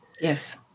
yes